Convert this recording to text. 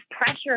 pressure